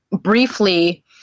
briefly